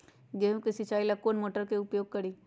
गेंहू के सिंचाई ला कौन मोटर उपयोग करी?